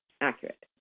accurate